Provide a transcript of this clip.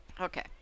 Okay